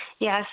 Yes